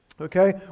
Okay